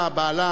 בעלה,